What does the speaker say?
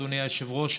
אדוני היושב-ראש,